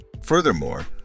Furthermore